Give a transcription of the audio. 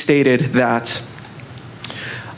stated that